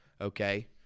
okay